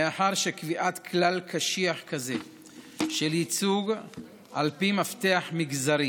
מאחר שקביעת כלל קשיח כזה של ייצוג על פי מפתח מגזרי